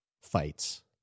fights